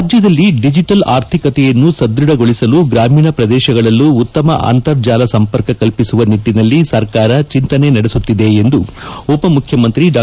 ರಾಜ್ಯದಲ್ಲಿ ಡಿಜಿಟಲ್ ಆರ್ಥಿಕತೆಯನ್ನು ಸದ್ಯಢಗೊಳಿಸಲು ಗ್ರಾಮೀಣ ಪ್ರದೇಶಗಳಲ್ಲೂ ಉತ್ತಮ ಅಂತರ್ಜಾಲ ಸಂಪರ್ಕ ಕಲ್ಪಿಸುವ ನಿಟ್ಟನಲ್ಲಿ ಸರ್ಕಾರ ಚಿಂತನೆ ನಡೆಸುತ್ತಿದೆ ಎಂದು ಉಪಮುಖ್ಯಮಂತ್ರಿ ಡಾ